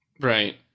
Right